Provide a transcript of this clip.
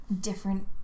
different